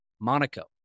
Monaco